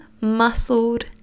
muscled